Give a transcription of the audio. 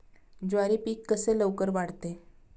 ज्वारी पीक कसे लवकर वाढते?